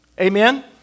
Amen